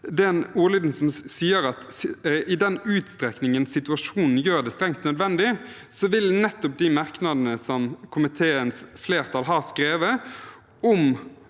ser på ordlyden som sier «i den utstrekning situasjonen gjør det strengt nødvendig», vil nettopp de merknadene komiteens flertall har skrevet, om